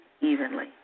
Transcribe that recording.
evenly